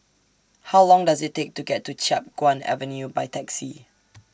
How Long Does IT Take to get to Chiap Guan Avenue By Taxi